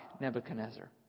Nebuchadnezzar